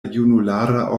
junulara